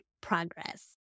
progress